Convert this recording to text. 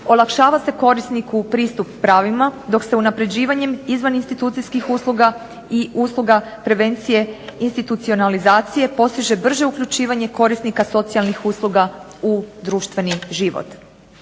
olakšava se korisniku pristup pravima, dok se unapređivanjem izvan institucijskih usluga i usluga prevencije institucionalizacije postiže brže uključivanje korisnika socijalnih usluga u društveni život